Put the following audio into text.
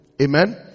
Amen